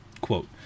quote